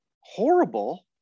horrible